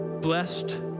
blessed